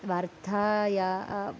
वार्तायाः